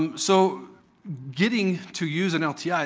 um so getting to use an lti, yeah